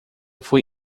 fui